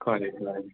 खरें खरें